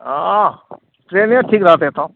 हँ ट्रेने ठीक रहतै तब